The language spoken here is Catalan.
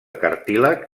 cartílag